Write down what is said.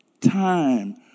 time